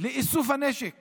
איסוף הנשק